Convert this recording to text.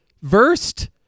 versed